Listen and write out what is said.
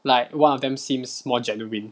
like one of them seems more genuine